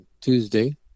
Tuesday